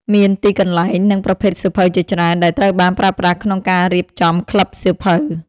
មានទីកន្លែង និងប្រភេទសៀវភៅជាច្រើនដែលត្រូវបានប្រើប្រាស់ក្នុងការរៀបចំក្លឹបសៀវភៅ។